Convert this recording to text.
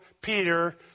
Peter